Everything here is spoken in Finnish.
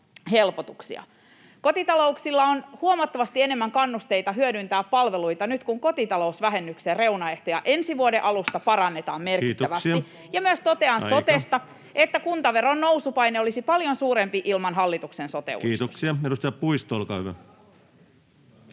Kotitalouksilla on huomattavasti enemmän kannusteita hyödyntää palveluita nyt, kun kotitalousvähennyksen reunaehtoja ensi vuoden alusta parannetaan merkittävästi. [Puhemies: Kiitoksia!] Ja totean [Puhemies: Aika!] myös sotesta, että kuntaveron nousupaine olisi paljon suurempi ilman hallituksen sote-uudistuksia. [Speech 90] Speaker: